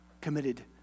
committed